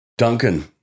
Duncan